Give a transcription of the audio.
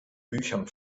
büchern